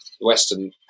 Western